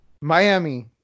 Miami